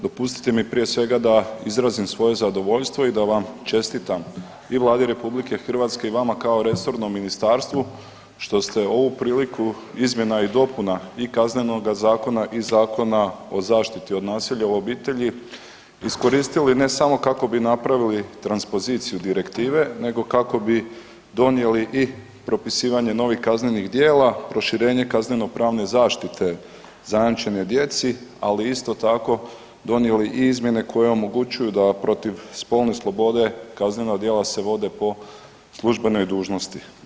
Dopustite mi, prije svega da izrazim svoje zadovoljstvo i da vam čestitam i Vladi RH i vama kao resornom ministarstvu što ste ovu priliku izmjena i dopuna i Kaznenoga zakona i Zakona o zaštiti nasilja u obitelji iskoristili, ne samo kako bi napravili transpoziciju Direktive, nego kako bi donijeli i propisivanje novih kaznenih djela, proširenje kaznenopravne zaštite zajamčene djeci, ali isto tako, donijeli izmjene koje omogućuju da protiv spolne slobode, kaznena djela se vode po službenoj dužnosti.